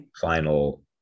final